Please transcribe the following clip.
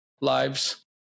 lives